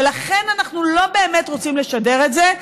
ולכן אנחנו לא באמת רוצים לשדר את זה,